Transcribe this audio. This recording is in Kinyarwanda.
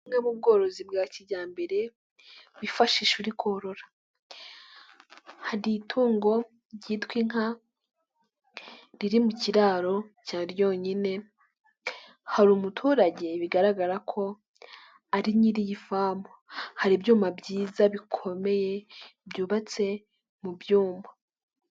Bumwe mu bworozi bwa kijyambere wifashisha uri korora, hari itungo ryitwa inka riri mu kiraro cya ryonyine hari umuturage bigaragara ko ari nyiri iyi famu, hari ibyuma byiza bikomeye byubatse mu byuma.